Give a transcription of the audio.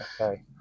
Okay